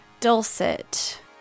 dulcet